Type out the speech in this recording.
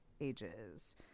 ages